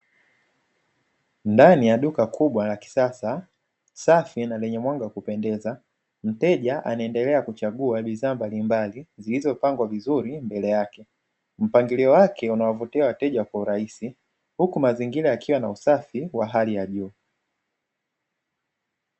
Ndani ya duka kubwa la kisasa, safi na lenye mwanga wa kupendeza, mteja anaendelea kuchagua bidhaa mbalimbali zilizopangwa vizuri mbele yake. Mpangilio wake unawavutia wateja kwa urahisi huku mazingira yakiwa na usafi wa hali ya juu.